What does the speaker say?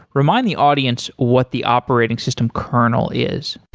remind the audience what the operating system kernel is.